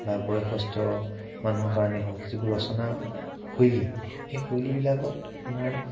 বা বয়সস্থ মানুহৰ কাৰণে হওক যিবোৰ ৰচনা শৈলী সেই শৈলীবিলাকত আপোনাৰ